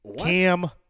Cam